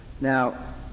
Now